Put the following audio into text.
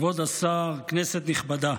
כבוד השר, כנסת נכבדה,